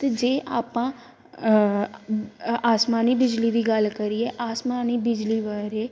ਅਤੇ ਜੇ ਆਪਾਂ ਆਸਮਾਨੀ ਬਿਜਲੀ ਦੀ ਗੱਲ ਕਰੀਏ ਆਸਮਾਨੀ ਬਿਜਲੀ ਬਾਰੇ